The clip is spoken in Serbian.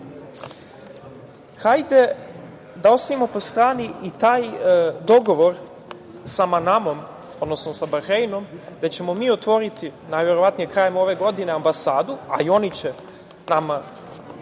hajde da ostavimo po strani i taj dogovor sa Manamom, odnosno sa Bahreinom gde ćemo mi otvoriti, najverovatnije krajem ove godine ambasadu, a i oni će nama